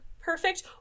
perfect